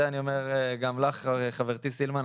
זה אני אומר גם לך חברתי סילמן,